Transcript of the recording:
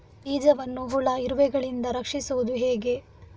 ಬೀಜವನ್ನು ಹುಳ, ಇರುವೆಗಳಿಂದ ರಕ್ಷಿಸುವುದು ಹೇಗೆ?